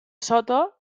sota